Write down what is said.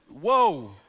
whoa